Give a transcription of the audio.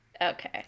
Okay